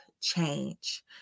change